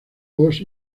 post